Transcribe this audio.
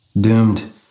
doomed